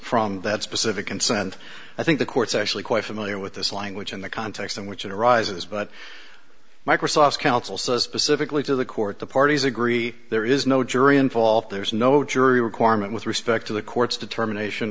from that specific consent i think the court's actually quite familiar with this language in the context in which it arises but microsoft's counsel says specifically to the court the parties agree there is no jury involved there's no jury requirement with respect to the court's determination